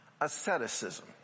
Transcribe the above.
Asceticism